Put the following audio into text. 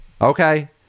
Okay